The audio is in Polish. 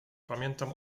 pamiętam